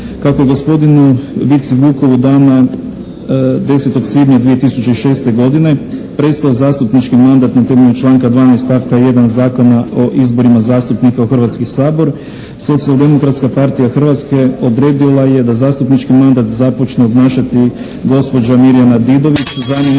Kako je gospodinu Vici Vukovu dana 10. svibnja 2006. godine prestao zastupnički mandat na temelju članka 12., stavka 1. Zakona o izborima zastupnika u Hrvatski sabor, Socijaldemokratska partija Hrvatske odredila je da zastupnički mandat započne obnašati gospođa Mirjana Didović,